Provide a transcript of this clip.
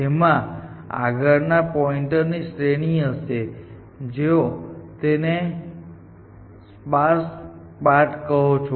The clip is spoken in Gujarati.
તેમાં આગળ ના પોઇન્ટર્સની શ્રેણી હશે જેને તેઓ તેને સ્પાર્સ પાથ કહો છો